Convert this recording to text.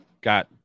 got